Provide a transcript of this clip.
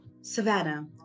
Savannah